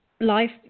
life